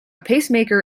pacemaker